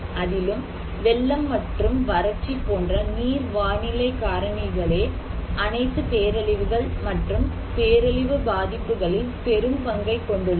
அதிலும் வெள்ளம் மற்றும் வறட்சி போன்ற நீர் வானிலை காரணிகளே அனைத்து பேரழிவுகள் மற்றும் பேரழிவு பாதிப்புகளில் பெரும் பங்கைக் கொண்டுள்ளன